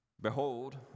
Behold